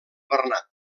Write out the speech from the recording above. bernat